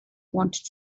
wanted